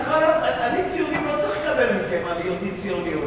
אני ציונים לא צריך לקבל מכם על היותי ציוני.